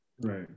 Right